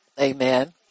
Amen